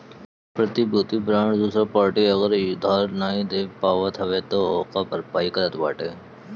प्रतिभूति बांड दूसर पार्टी अगर उधार नाइ दे पावत हवे तअ ओकर भरपाई करत बाटे